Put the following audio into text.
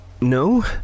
No